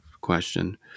question